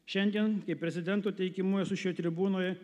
šiandien kai prezidento teikimu esu šioj tribūnoje